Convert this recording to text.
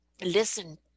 listen